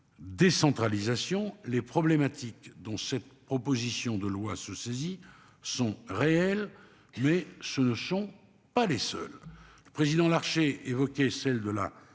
Décentralisation les problématiques dont cette proposition de loi se saisit sont réelles mais ce ne sont pas les seuls président Larché évoquée, celle de la